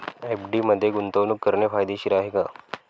FD मध्ये गुंतवणूक करणे फायदेशीर आहे का?